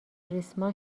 ریسمان